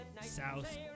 South